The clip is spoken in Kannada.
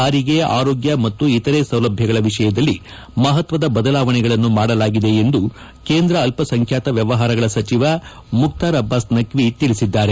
ಸಾರಿಗೆ ಆರೋಗ್ಯ ಮತ್ತು ಇತರೆ ಸೌಲಭ್ಯಗಳ ವಿಷಯದಲ್ಲಿ ಬದಲಾವಣೆಗಳನ್ನು ಮಾಡಲಾಗಿದೆ ಎಂದು ಕೇಂದ್ರ ಅಲ್ಲಸಂಬ್ಯಾತ ವ್ಹವಹಾರಗಳ ಸಚಿವ ಮುಖ್ತಾರ್ ಅಬ್ಬಾಸ್ ನಖ್ವಿ ತಿಳಿಸಿದ್ದಾರೆ